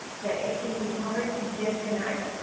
that it can be hard to disconnect,